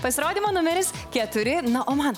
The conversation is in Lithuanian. pasirodymo numeris keturi na o man